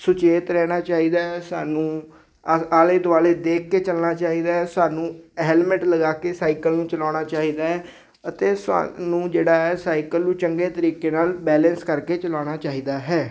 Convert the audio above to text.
ਸੁਚੇਤ ਰਹਿਣਾ ਚਾਹੀਦਾ ਹੈ ਸਾਨੂੰ ਅ ਆਲੇ ਦੁਆਲੇ ਦੇਖ ਕੇ ਚੱਲਣਾ ਚਾਹੀਦਾ ਸਾਨੂੰ ਹੈਲਮਟ ਲਗਾ ਕੇ ਸਾਈਕਲ ਨੂੰ ਚਲਾਉਣਾ ਚਾਹੀਦਾ ਅਤੇ ਸਾਨੂੰ ਜਿਹੜਾ ਸਾਈਕਲ ਨੂੰ ਚੰਗੇ ਤਰੀਕੇ ਨਾਲ ਬੈਲੈਂਸ ਕਰਕੇ ਚਲਾਉਣਾ ਚਾਹੀਦਾ ਹੈ